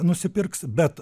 nusipirks bet